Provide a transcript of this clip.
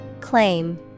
Claim